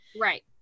Right